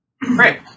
Great